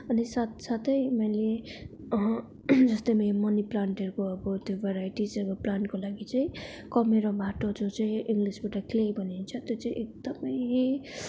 अनि साथसाथै मैले जस्तो भयो मनी प्लान्टहरूको त्यो अब त्यो भेराइटिस अब प्लान्टको लागि चाहिँ कमेरो माटो जुन चाहिँ इङ्ग्लिसबाट क्ले भनिन्छ त्यो चाहिँ एकदमै